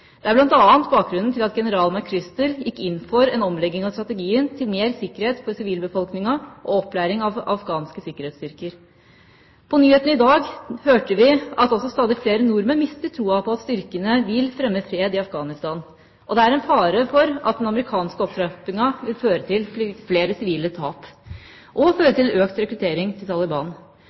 Det er bl.a. bakgrunnen for at general McChrystal gikk inn for en omlegging av strategien til mer sikkerhet for sivilbefolkninga og opplæring av afghanske sikkerhetsstyrker. På nyhetene i dag hørte vi at også stadig flere nordmenn mister troen på at styrkene vil fremme fred i Afghanistan. Det er en fare for at den amerikanske opptrappinga vil føre til flere sivile tap og økt rekruttering til Taliban.